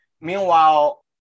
Meanwhile